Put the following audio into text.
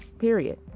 period